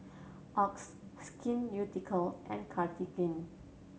Oxy Skin Ceuticals and Cartigain